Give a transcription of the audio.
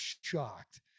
shocked